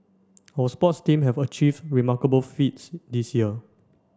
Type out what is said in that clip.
our sports team have achieved remarkable feats this year